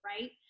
right